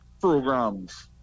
programs